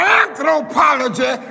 anthropology